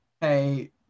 hey